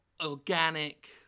organic